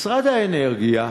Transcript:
משרד האנרגיה,